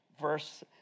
verse